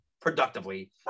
productively